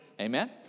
Amen